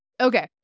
Okay